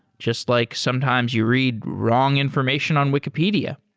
just like sometimes you read wrong information on wikipedia.